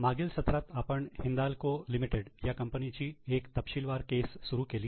मागील सत्रात आपण हिंदाल्को लिमिटेड या कंपनीची एक तपशीलवार केस सुरू केली